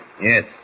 Yes